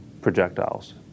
projectiles